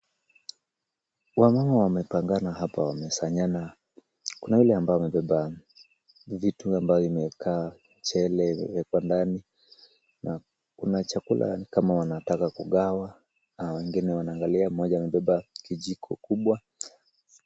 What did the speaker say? Wamama wamepangana hapa wamesanyana. Kuna wale ambao wamebeba vitu ambayo imekaa mchele hapo ndani na kuna chakula nikama wanataka kugawa. Hawa wengine wanaangalia mmoja amebeba kijiko kubwa.